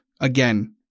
again